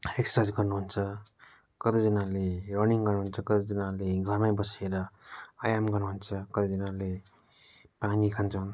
exercise गर्नु हुन्छ कतिजनाले रनिङ गर्नु हुन्छ कतिजनाले घरमै बसेर व्यायाम गर्नु हुन्छ कतिजनाले पानी खान्छ